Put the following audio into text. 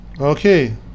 Okay